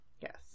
Yes